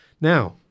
Now